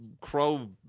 crow